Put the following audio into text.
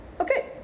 Okay